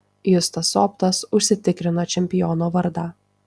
justas optas užsitikrino čempiono vardą